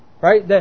Right